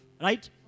Right